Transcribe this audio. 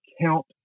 count